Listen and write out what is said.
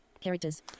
characters